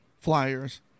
Flyers